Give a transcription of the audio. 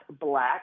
black